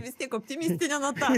vis tiek optimistinė nata